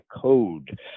code